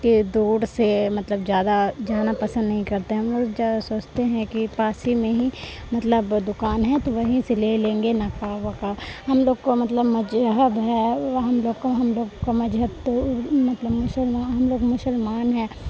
کے دوڑ سے مطلب زیادہ جانا پسند نہیں کرتے ہم لوگ سوچتے ہیں کہ پاس ہی میں ہی مطلب دکان ہے تو وہیں سے لے لیں گے نقاب وقاب ہم لوگ کو مطلب مذہب ہے ہم لوگ کو ہم لوگ کو مذہب تو مطلب مسلمان ہم لوگ مسلمان ہیں